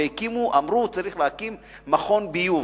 אמרו: צריך להקים מכון ביוב.